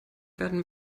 werden